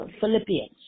Philippians